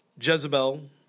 Jezebel